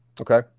Okay